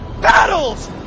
Battles